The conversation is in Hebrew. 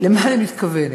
למה אני מתכוונת?